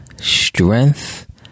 strength